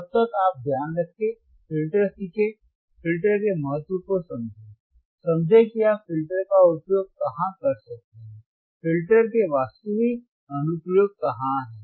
तब तक आप ध्यान रखें फ़िल्टर सीखें फ़िल्टर के महत्व को समझें समझें कि आप फ़िल्टर का उपयोग कहाँ कर सकते हैं फ़िल्टर के वास्तविक अनुप्रयोग क्या हैं